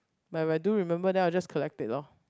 but if I do remember then I'll just collect it lor